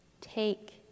Take